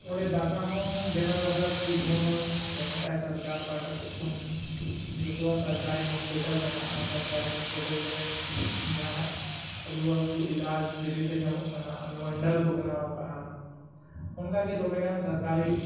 ᱚᱸᱰᱮ ᱫᱟᱠᱟ ᱦᱚᱸ ᱵᱮᱱᱟᱣ ᱵᱟᱠᱷᱨᱟ ᱠᱩᱠ ᱦᱚᱸ ᱮᱢ ᱠᱟᱫ ᱟᱭ ᱥᱚᱨᱠᱟᱨ ᱯᱟᱦᱴᱟ ᱥᱮᱫ ᱠᱷᱚᱱ ᱡᱚᱛᱚᱣᱟᱜ ᱥᱚᱨᱠᱟᱨᱤ ᱦᱚᱥᱯᱤᱴᱟᱞ ᱢᱮᱱᱟᱜᱼᱟ ᱥᱚᱨᱠᱟᱨᱤ ᱦᱚᱥᱯᱤᱴᱟᱞ ᱨᱮ ᱡᱟᱦᱟᱱᱟᱜ ᱨᱩᱣᱟᱹ ᱦᱟᱹᱥᱩ ᱮᱞᱟᱪ ᱯᱷᱤᱨᱤ ᱛᱮ ᱧᱟᱢᱚᱜ ᱠᱟᱱᱟ ᱚᱱᱩᱢᱚᱱᱰᱚᱞ ᱠᱚ ᱵᱮᱱᱟᱣ ᱠᱟᱜᱼᱟ ᱚᱱᱠᱟᱜᱮ ᱫᱚᱢᱮᱜᱟᱱ ᱥᱚᱨᱠᱟᱨᱤ